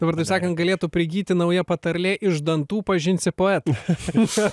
dabar taip sakant galėtų prigyti nauja patarlė iš dantų pažinsi poetą